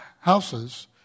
houses